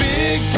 Big